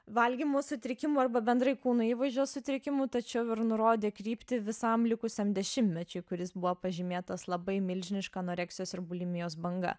valgymo sutrikimų arba bendrai kūno įvaizdžio sutrikimų tačiau ir nurodė kryptį visam likusiam dešimtmečiui kuris buvo pažymėtas labai milžiniška anoreksijos ir bulimijos banga